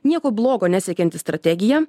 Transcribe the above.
nieko blogo nesiekianti strategija